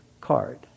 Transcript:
card